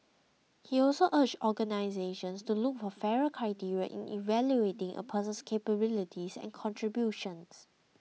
he also urged organisations to look for fairer criteria in evaluating a person's capabilities and contributions